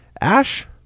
Ash